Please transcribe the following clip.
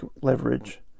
leverage